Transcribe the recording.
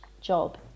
job